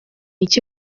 iki